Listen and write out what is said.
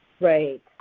Right